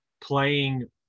playing